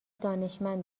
دانشمند